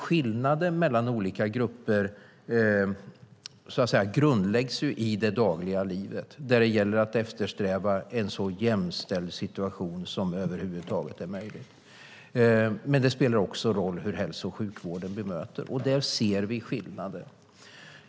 Skillnaden mellan olika grupper grundläggs i det dagliga livet, där det gäller att eftersträva en så jämställd situation som det över huvud taget är möjligt. Men det spelar också roll hur hälso och sjukvården bemöter, och där ser vi skillnader.